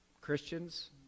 christians